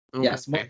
Yes